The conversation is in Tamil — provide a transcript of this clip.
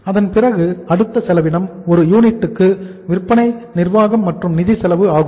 அதன் பிறகு அடுத்த செலவினம் ஒரு யூனிட்டுக்கு விற்பனை நிர்வாகம் மற்றும் நிதி செலவு ஆகும்